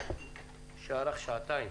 שארך שעתיים,